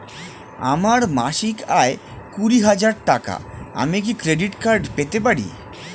আমার মাসিক আয় কুড়ি হাজার টাকা আমি কি ক্রেডিট কার্ড পেতে পারি?